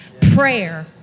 prayer